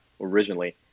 originally